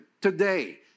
today